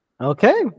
Okay